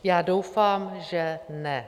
Já doufám, že ne.